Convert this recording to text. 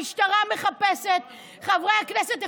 המשטרה מחפשת, לחברת הכנסת אכפת,